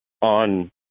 On